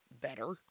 better